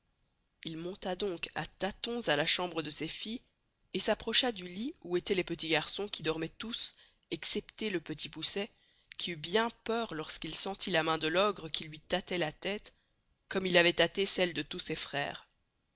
il monta donc à tâtons à la chambre de ses filles et s'approcha du lit où étoient les petits garçons qui dormoient tous excepté le petit poucet qui eut bien peur lors qu'il sentit la main de l'ogre qui luy tastoit la teste comme il avoit tasté celle de tous ses freres